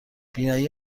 بینایی